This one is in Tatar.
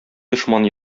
дошман